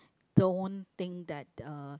don't think that uh